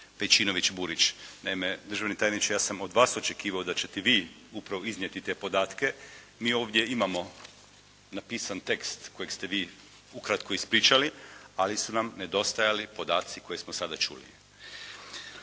Pejčinović-Burić. Naime državni tajniče ja sam od vas očekivao da ćete vi upravo iznijeti te podatke. Mi ovdje imamo napisan tekst kojeg ste vi ukratko ispričali, ali su nam nedostajali podaci koje smo sada čuli.